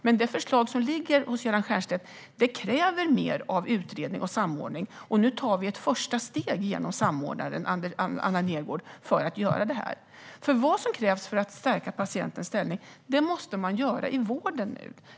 Men det förslag som har kommit från Göran Stiernstedt kräver mer av utredning och samordning. Nu har vi tagit ett första steg genom att tillsätta samordnare Anna Nergårdh. Vad som krävs för att stärka patientens ställning måste nu genomföras i vården.